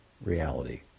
reality